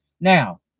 Now